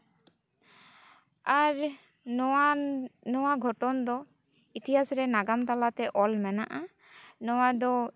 ᱟᱨ ᱱᱚᱣᱟ ᱱᱚᱣᱟ ᱜᱷᱚᱴᱚᱱ ᱫᱚ ᱤᱛᱤᱦᱟᱥ ᱨᱮ ᱱᱟᱜᱟᱢ ᱛᱟᱞᱟᱛᱮ ᱚᱞ ᱢᱮᱱᱟᱜᱼᱟ ᱱᱚᱣᱟ ᱫᱚ